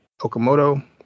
Okamoto